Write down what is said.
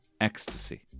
ecstasy